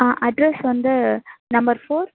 ஆ address வந்து number four